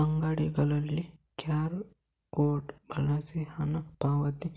ಅಂಗಡಿಗಳಲ್ಲಿ QR code ಬಳಸಿ ಹಣ ಪಾವತಿ